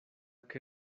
que